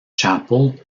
chapel